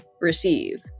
receive